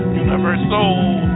universal